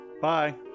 bye